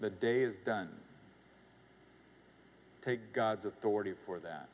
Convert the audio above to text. the day is done take god's authority for that